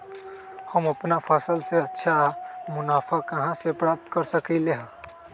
हम अपन फसल से अच्छा मुनाफा कहाँ से प्राप्त कर सकलियै ह?